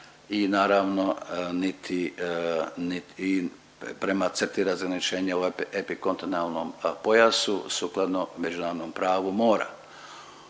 i naravno niti i prema crti razgraničenja u epikontinentalnom pojasu sukladno Međunarodnom pravu mora.